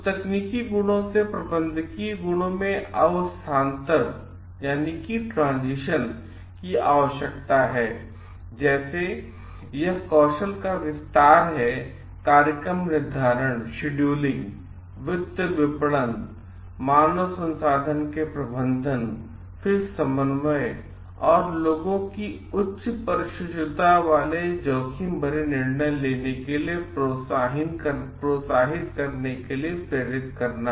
तो तकनीकी गुणों से प्रबंधकीय गुणों में अवस्थान्तर और वित्त विपणन मानव संसाधन के प्रबंधन में और फिर समन्वय और लोगों को उच्च परिशुद्धता वाले जोखिम भरे निर्णय लेने के लिए प्रोत्साहित करने के लिए प्रेरित करना